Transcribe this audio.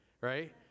right